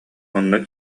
онно